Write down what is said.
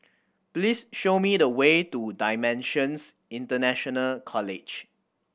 please show me the way to Dimensions International College